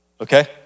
okay